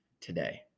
today